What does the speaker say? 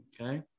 Okay